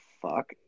fuck